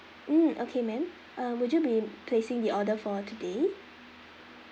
mm okay ma'am uh would you be placing the order for today